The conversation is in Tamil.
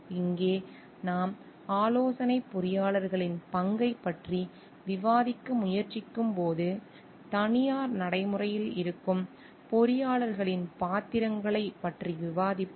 இங்கே நாம் ஆலோசனை பொறியாளர்களின் பங்கைப் பற்றி விவாதிக்க முயற்சிக்கும்போது தனியார் நடைமுறையில் இருக்கும் பொறியாளர்களின் பாத்திரங்களைப் பற்றி விவாதிப்போம்